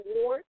Award